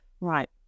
right